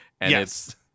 Yes